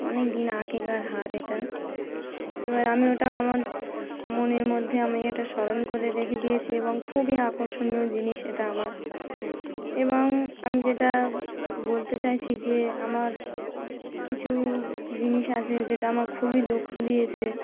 অনেক দিন আগেকার হার এটা এবার আমি ওটা আমার মনের মধ্যে আমি এটা স্মরণ করে রেখে দিয়েছি এবং খুবই আকর্ষণীয় জিনিস এটা আমার এবং আমি যেটা বলতে চাইছি যে আমার কিছু জিনিস আছে যেটা আমার খুবই দুঃখ দিয়েছে